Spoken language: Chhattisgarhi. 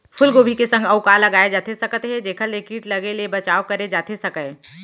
फूलगोभी के संग अऊ का लगाए जाथे सकत हे जेखर ले किट लगे ले बचाव करे जाथे सकय?